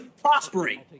prospering